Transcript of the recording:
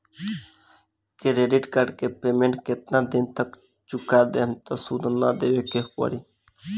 Credit card के payment केतना दिन तक चुका देहम त सूद ना देवे के पड़ी?